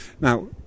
now